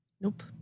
nope